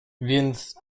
więc